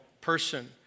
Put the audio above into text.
person